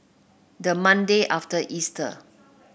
the Monday after Easter